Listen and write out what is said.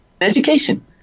education